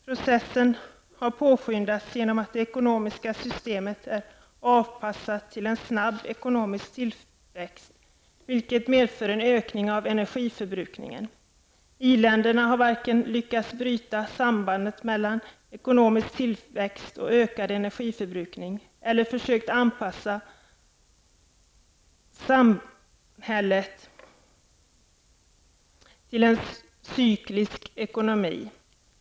Processen har påskyndats genom att det ekonomiska systemet är avpassat till en snabb ekonomisk tillväxt, vilket medför en ökning av energiförbrukningen. I-länderna har varken lyckats bryta sambandet mellan ekonomisk tillväxt och ökad energiförbrukning eller försökt anpassa samhället till en cyklisk ekonomi.